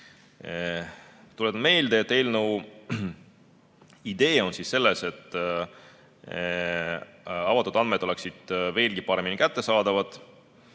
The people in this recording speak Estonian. Tuletan meelde, et eelnõu idee on selles, et avatud andmed oleksid veelgi paremini kättesaadavad.